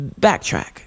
backtrack